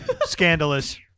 Scandalous